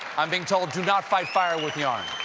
i'm being told do not fight fire with yarn.